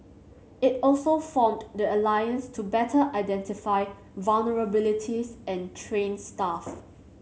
it also formed the alliance to better identify vulnerabilities and train staff